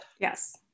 Yes